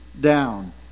down